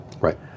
Right